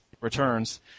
Returns